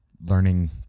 learning